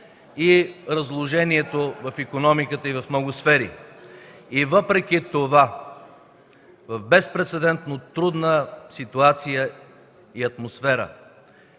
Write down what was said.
и разложението в икономиката и в много сфери. Въпреки това в безпрецедентно трудна ситуация и атмосфера